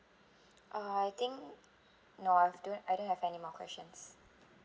uh I think no I've don't I don't have any more questions